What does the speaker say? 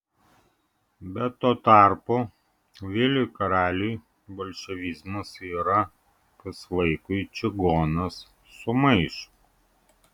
bet tuo tarpu viliui karaliui bolševizmas yra kas vaikui čigonas su maišu